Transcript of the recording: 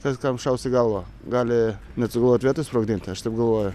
kas kam šaus į galvą gali net sugalvot vietoj sprogdint aš taip galvoju